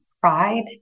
pride